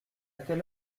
quelle